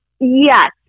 Yes